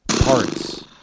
Parts